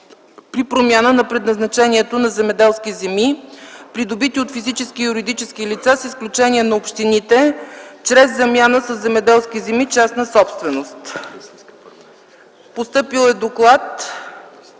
при промяна на предназначението на земеделски земи, придобити от физически и юридически лица, с изключение на общините, чрез замяна със земеделски земи – частна собственост, № 954-02-96,